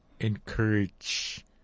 encourage